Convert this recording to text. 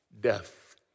death